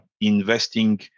investing